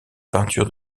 peintures